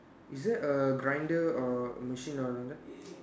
is there a grinder or machine down there